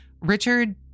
Richard